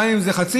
גם אם זה חצי,